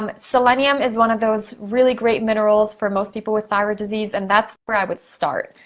um selenium is one of those really great minerals for most people with thyroid disease, and that's where i would start.